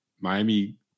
Miami